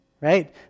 right